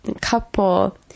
couple